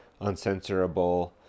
uncensorable